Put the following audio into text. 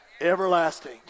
Everlasting